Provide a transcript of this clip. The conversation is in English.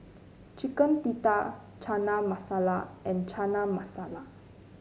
Chicken Tikka Chana Masala and Chana Masala